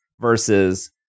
versus